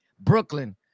Brooklyn